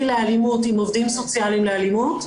לאלימות עם עובדים סוציאליים לאלימות,